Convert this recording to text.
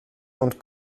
und